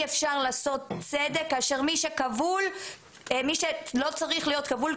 אפשר לעשות צדק כאשר מי שלא צריך להיות כבול,